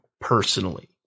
personally